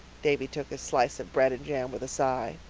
davy took his slice of bread and jam with a sigh.